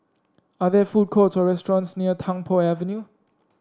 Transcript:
are there food courts or restaurants near Tung Po Avenue